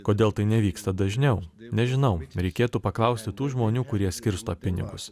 kodėl tai nevyksta dažniau nežinau reikėtų paklausti tų žmonių kurie skirsto pinigus